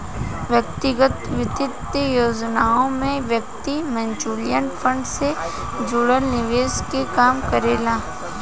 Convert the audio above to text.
व्यक्तिगत वित्तीय योजनाओं में व्यक्ति म्यूचुअल फंड से जुड़ल निवेश के काम करेला